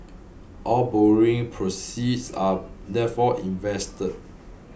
all borrowing proceeds are therefore invested